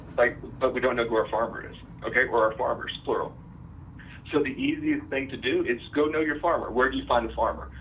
like but we don't know who our farmers, okay, or our farmers, plural so the easiest thing to do is go know your farmer. where do you find the farmer?